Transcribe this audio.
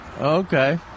Okay